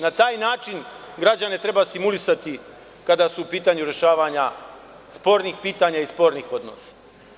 Na taj način građane treba stimulisati kada je u pitanju rešavanje spornih pitanja i spornih odnosa.